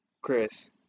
Chris